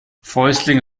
fäustlinge